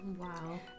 Wow